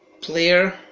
player